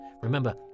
Remember